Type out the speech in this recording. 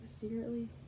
Secretly